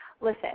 listen